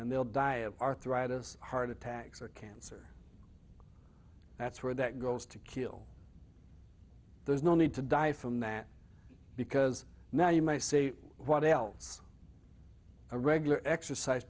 and they'll die of arthritis heart attacks or cancer that's where that goes to kill there's no need to die from that because now you may say what else a regular exercise